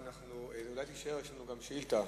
אולי תישאר, יש לנו גם שאילתא.